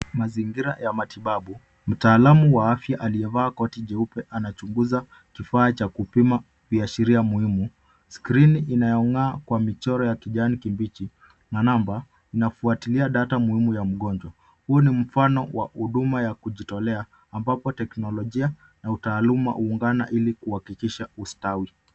Mazingira ya matibabau mtaalamu wa afya aliyevaa koti jeupe anachunguza kifaa cha kupima viashiria muhimu skrini inayongaa kwa michoro ya kijani kibichi na namba inafuatilia data muhimu ya mgonjwa huu ni mfano wa huduma ya kujitolea ambapo teknolojia na utaaluma huungana ili kuhakikisha ustawi.